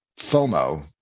FOMO